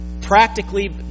Practically